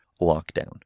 lockdown